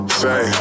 say